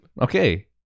Okay